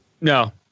No